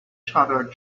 chattered